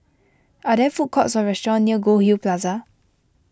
are there food courts or restaurants near Goldhill Plaza